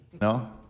No